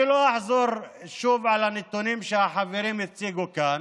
אני לא אחזור שוב על הנתונים שהחברים הציגו כאן.